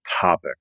topic